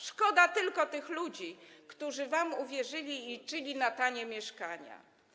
Szkoda tylko tych ludzi, którzy wam uwierzyli i liczyli na tanie mieszkania.